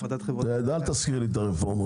הפרדת חברות כרטיסי האשראי --- אל תזכיר לי את הרפורמות,